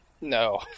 no